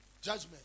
judgment